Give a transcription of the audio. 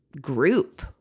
group